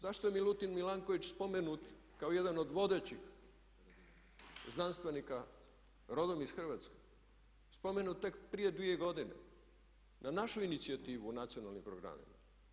Zašto je Milutin Milanković spomenut kao jedan od vodećih znanstvenika rodom iz Hrvatske, spomenut tek prije dvije godine na našu inicijativu o nacionalnim programima.